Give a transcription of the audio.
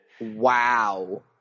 Wow